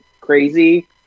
crazy